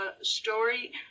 story